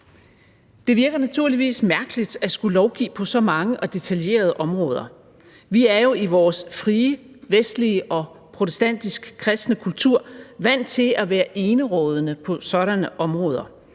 Det virker naturligvis mærkeligt at skulle lovgive på så mange og detaljerede områder. Vi er jo i vores frie vestlige og protestantisk kristne kultur vant til at være enerådende på sådanne områder,